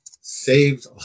saved